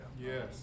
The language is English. Yes